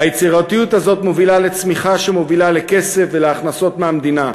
היצירתיות הזאת מובילה לצמיחה שמובילה לכסף ולהכנסות למדינה,